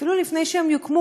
אפילו לפני שהם יוקמו,